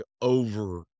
over